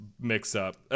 mix-up